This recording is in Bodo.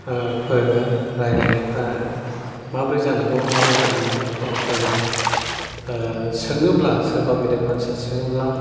फोरोङो रायलायनायफ्रा माबोरै जानांगौ माबोरै जानाङा बेखौ आं फोरोङो सोङोब्ला सोरबा गेदेर मानसिफोर सोङोब्ला